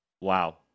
wow